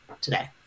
today